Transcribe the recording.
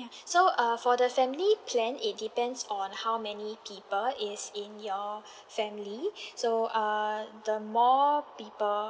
ya so uh for the family plan it depends on how many people is in your family so err the more people